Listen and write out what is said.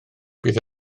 bydd